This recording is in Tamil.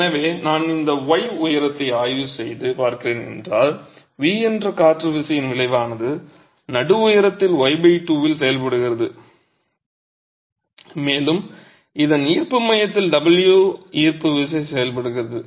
எனவே நான் இந்த y உயரத்தை ஆய்வு செய்து பார்க்கிறேன் என்றால் V என்ற காற்று விசையின் விளைவானது நடு உயரத்தில் y2 இல் செயல்படுகிறது மேலும் இதன் ஈர்ப்பு மையத்தில் W ஈர்ப்பு விசை செயல்படுகிறது